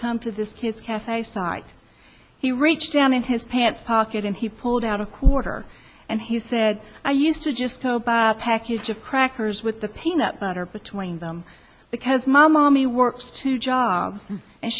come to this kid's cafe site he reached down in his pants pocket and he pulled out a quarter and he said i used to just go buy a package of crackers with the pain up butter between them because mom mommy works two jobs and